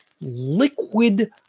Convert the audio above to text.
liquid